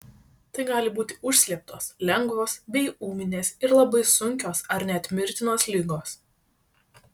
tai gali būti užslėptos lengvos bei ūminės ir labai sunkios ar net mirtinos ligos